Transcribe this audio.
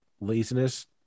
laziness